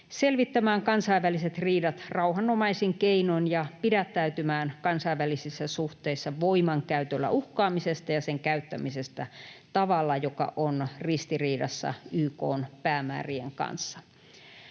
selvittämään kansainväliset riidat rauhanomaisin keinoin ja pidättäytymään kansainvälisissä suhteissa voimankäytöllä uhkaamisesta ja sen käyttämisestä tavalla, joka on ristiriidassa YK:n päämäärien kanssa.